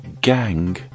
gang